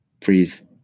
Please